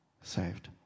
saved